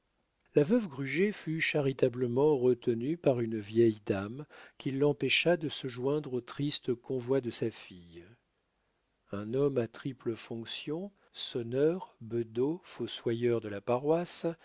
la veuve gruget fut charitablement retenue par une vieille dame qui l'empêcha de se joindre au triste convoi de sa fille un homme à triples fonctions sonneur bedeau fossoyeur de la paroisse